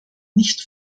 nicht